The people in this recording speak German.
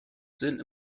sind